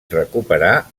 recuperar